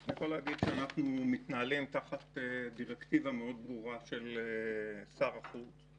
אני יכול להגיד שאנחנו מתנהלים תחת דירקטיבה מאוד ברורה של שר החוץ.